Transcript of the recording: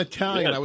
Italian